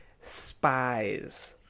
spies